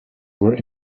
were